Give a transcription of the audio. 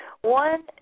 One